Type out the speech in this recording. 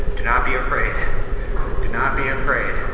do not be afraid. do not be afraid.